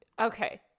Okay